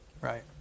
right